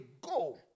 go